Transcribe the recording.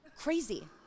crazy